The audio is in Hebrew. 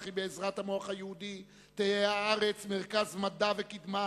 וכי בעזרת המוח היהודי תהיה הארץ מרכז מדע וקדמה